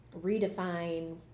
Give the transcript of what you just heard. redefine